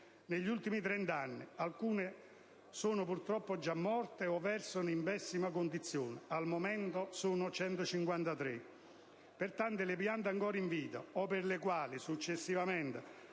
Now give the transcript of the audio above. Negli ultimi 30 anni alcune sono purtroppo già morte o versano in pessime condizioni (al momento sono 153). Pertanto, le piante ancora in vita o delle quali, successivamente